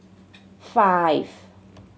five